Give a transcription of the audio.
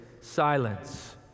Silence